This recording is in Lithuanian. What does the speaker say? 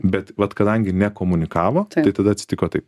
bet vat kadangi nekomunikavot tada atsitiko taip